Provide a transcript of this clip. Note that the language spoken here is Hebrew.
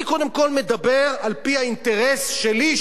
אני קודם כול מדבר על-פי האינטרס שלי,